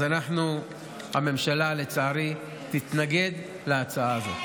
אז הממשלה לצערי תתנגד להצעה הזאת.